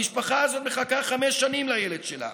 המשפחה הזאת מחכה חמש שנים לילד שלה,